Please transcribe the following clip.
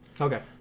Okay